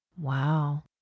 Wow